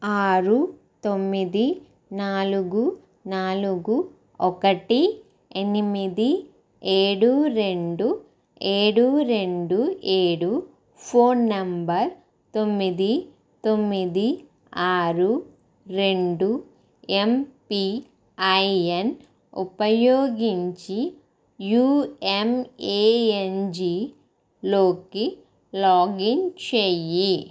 ఆరు తొమ్మిది నాలుగు నాలుగు ఒకటి ఎనిమిది ఏడు రెండు ఏడు రెండు ఏడు ఫోన్ నెంబర్ తొమ్మిది తొమ్మిది ఆరు రెండు ఎమ్పిఐఎన్ ఉపయోగించి యుఎమ్ఏఎన్జీలోకి లాగిన్ చెయ్యి